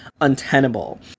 untenable